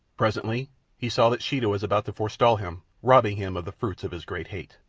presently he saw that sheeta was about to forestall him, robbing him of the fruits of his great hate.